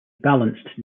balanced